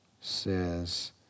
says